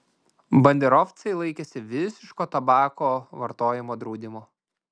banderovcai laikėsi visiško tabako vartojimo draudimo